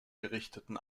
gerichteten